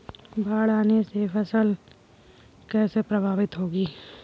बाढ़ आने से फसल कैसे प्रभावित होगी?